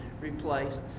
replaced